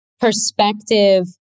perspective